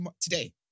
today